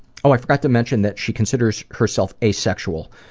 oh, i forgot to mention that she considers herself asexual.